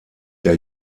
der